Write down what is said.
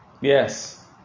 Yes